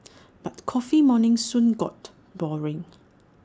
but coffee mornings soon got boring